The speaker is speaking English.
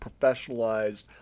professionalized